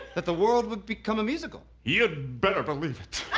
that the world would become a musical? you'd better believe it!